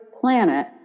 planet